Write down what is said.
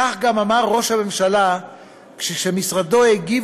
כך גם אמר ראש הממשלה כשמשרדו הגיב